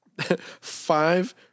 five